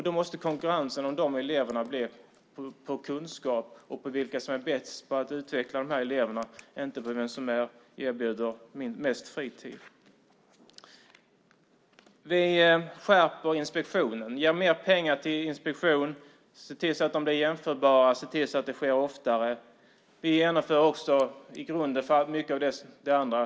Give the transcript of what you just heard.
Då måste konkurrensen om de eleverna ske utifrån kunskap och vilka som är bäst på att utveckla eleverna och inte utifrån vilka som erbjuder mest fritid. Vi skärper inspektionen och ger mer pengar till inspektioner, ser till att de blir jämförbara och sker oftare. Vi genomför också en ny skollag som är grunden för mycket av det andra.